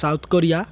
south Korea